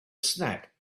snack